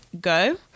go